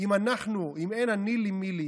אם אין אני לי מי לי.